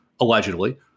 allegedly